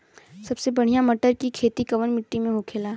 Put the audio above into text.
सबसे बढ़ियां मटर की खेती कवन मिट्टी में होखेला?